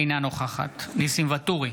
אינה נוכחת ניסים ואטורי,